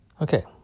okay